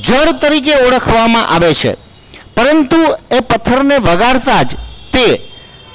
જોર તરીકે ઓળખવામાં આવે છે પરંતુ એ પથ્થરને વગાડતા જ તે